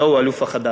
זהו האלוף החדש.